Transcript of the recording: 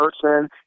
person